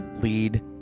lead